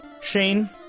Shane